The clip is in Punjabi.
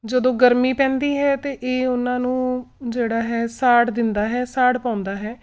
ਜਦੋਂ ਗਰਮੀ ਪੈਂਦੀ ਹੈ ਤਾਂ ਇਹ ਉਹਨਾਂ ਨੂੰ ਜਿਹੜਾ ਹੈ ਸਾੜ ਦਿੰਦਾ ਹੈ ਸਾੜ ਪਾਉਂਦਾ ਹੈ